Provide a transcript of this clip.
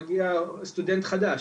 מגיע סטודנט חדש,